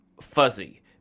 fuzzy